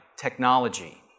technology